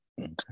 okay